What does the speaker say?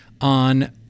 on